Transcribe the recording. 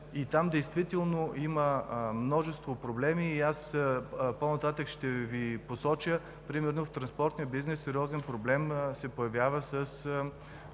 Там действително има множество проблеми. По-нататък ще Ви ги посоча. В транспортния бизнес сериозен проблем се появява с